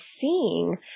seeing